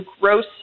gross